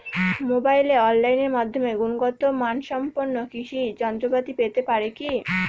মোবাইলে অনলাইনের মাধ্যমে গুণগত মানসম্পন্ন কৃষি যন্ত্রপাতি পেতে পারি কি?